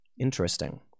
Interesting